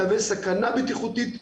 מהווה סכנה בטיחותית דחופה,